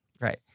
Right